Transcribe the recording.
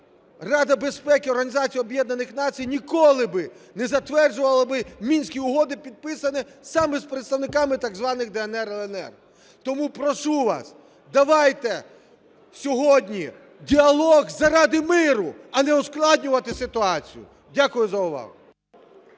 Націй ніколи б не затверджувала Мінські угоди, підписані саме з представниками так званих "ДНР", "ЛНР". Тому прошу вас, давайте сьогодні діалог заради миру, а не ускладнювати ситуацію. Дякую за увагу.